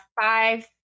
five